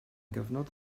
gyfnod